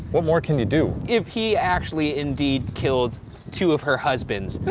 what more can you do. if he actually indeed, killed two of her husbands.